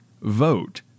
vote